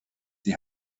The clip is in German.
die